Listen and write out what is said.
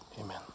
Amen